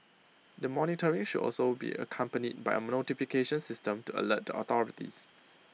the monitoring should also be accompanied by A notification system to alert the authorities